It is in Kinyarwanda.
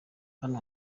hano